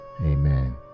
Amen